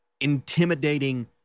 intimidating